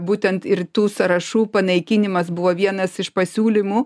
būtent ir tų sąrašų panaikinimas buvo vienas iš pasiūlymų